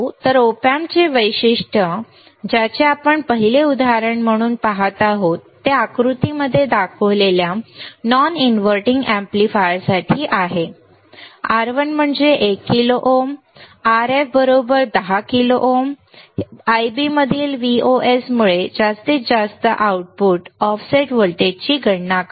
तर Op Amp चे वैशिष्ट्य ज्याचे आपण पहिले उदाहरण म्हणून पहात आहोत ते आकृतीमध्ये दाखवलेल्या नॉन इनव्हर्टींग एम्पलीफायरसाठी आहे R1 म्हणजे 1 kilo ohm Rf 10 kilo ohm हे Ib मधील Vos मुळे जास्तीत जास्त आउटपुट ऑफसेट व्होल्टेजची गणना करते